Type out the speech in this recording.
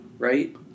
Right